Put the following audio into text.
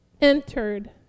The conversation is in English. entered